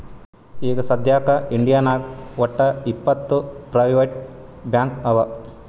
ಈಗ ಸದ್ಯಾಕ್ ಇಂಡಿಯಾನಾಗ್ ವಟ್ಟ್ ಇಪ್ಪತ್ ಪ್ರೈವೇಟ್ ಬ್ಯಾಂಕ್ ಅವಾ